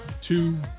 Two